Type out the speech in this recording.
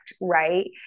Right